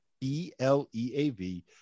E-L-E-A-V